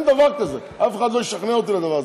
אין דבר כזה, אף אחד לא ישכנע אותי בדבר הזה.